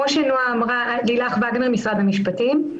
לילך וגנר, משרד המשפטים.